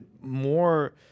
more